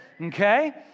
okay